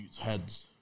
heads